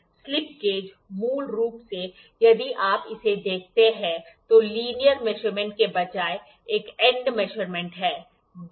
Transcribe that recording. slip gauge मूल रूप से यदि आप इसे देखते हैं तो लिनियर मेजरमेंट के बजाय एक एंड मेजरमेंट है